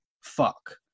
fuck